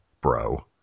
bro